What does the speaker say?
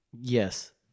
Yes